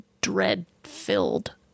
dread-filled